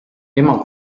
ema